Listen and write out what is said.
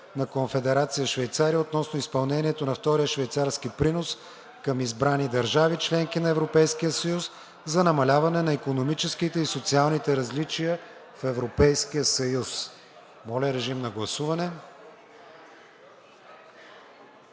на Конфедерация Швейцария относно изпълнението на Втория швейцарски принос към избрани държави – членки на Европейския съюз, за намаляване на икономическите и социалните различия в Европейския съюз. Гласували